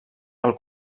del